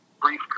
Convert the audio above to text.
brief